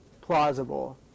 plausible